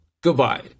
goodbye